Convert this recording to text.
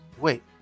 Wait